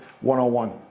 one-on-one